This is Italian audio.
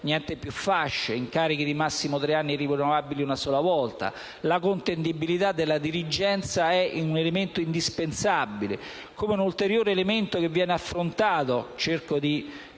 niente più fasce; incarichi di massimo tre anni rinnovabili una sola volta. La contendibilità della dirigenza è indispensabile, come un ulteriore elemento che viene affrontato - cerco di